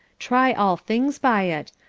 try all things by it,